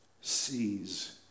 sees